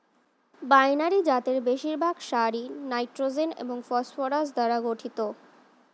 binary জাতের বেশিরভাগ সারই নাইট্রোজেন এবং ফসফরাস দ্বারা গঠিত